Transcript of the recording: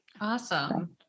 awesome